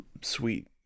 sweet